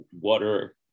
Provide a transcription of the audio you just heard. water